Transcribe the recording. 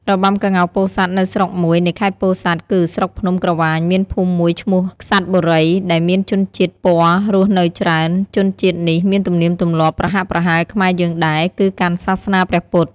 របាំក្ងោកពោធិ៍សាត់នៅស្រុកមួយនៃខេត្តពោធិ៍សាត់គឺ ស្រុកភ្នំក្រវាញមានភូមិមួយឈ្មោះក្សេត្របុរី ដែលមានជនជាតិព័ររស់នៅច្រើន ជនជាតិនេះមានទំនៀមទម្លាប់ប្រហាក់ប្រហែលខ្មែរយើងដែរ គឺកាន់សាសនាព្រះពុទ្ធ។